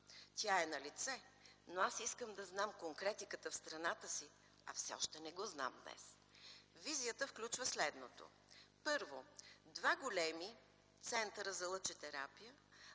тя е налице, но аз искам да знам конкретиката в страната си, а все още не я знам. Визията включва следното: първо, два големи центъра за лъчетерапия,